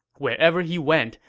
wherever he went,